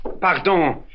Pardon